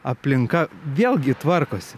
aplinka vėlgi tvarkosi